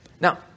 Now